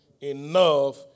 Enough